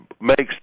makes